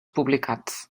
publicats